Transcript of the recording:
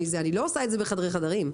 ואני לא עושה את זה בחדרי חדרים.